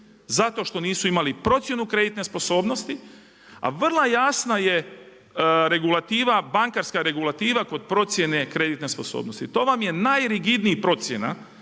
zato što nisu imali procjenu kreditne sposobnosti, a vrlo jasna je regulativa, bankarska regulativa kod procjene kreditne sposobnosti. To vam je najrigidnija procjena